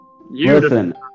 Listen